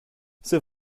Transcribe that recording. c’est